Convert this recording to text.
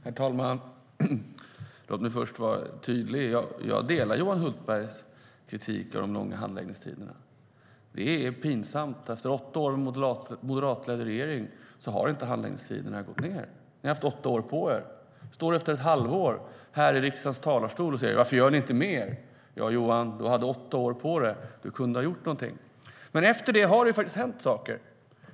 Herr talman! Låt mig först vara tydlig. Jag instämmer i Johan Hultbergs kritik av de långa handläggningstiderna. Efter åtta år av moderatledd regering är det pinsamt att handläggningstiderna inte har gått ned. Ni har haft åtta år på er. Sedan står du i riksdagens talarstol efter ett halvår och säger: Varför gör ni inte mer? Ja, Johan, du hade åtta år på dig då du kunde ha gjort någonting. Men nu har det faktiskt hänt saker.